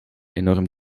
enorm